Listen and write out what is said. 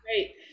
great